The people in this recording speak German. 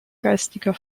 geistiger